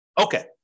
Okay